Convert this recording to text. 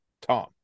Tom